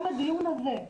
גם הדיון הזה,